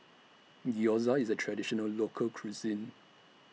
Gyoza IS A Traditional Local Cuisine